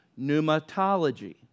pneumatology